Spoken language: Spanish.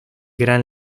gran